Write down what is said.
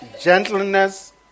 gentleness